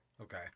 Okay